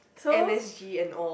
M_S_G and all